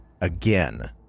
again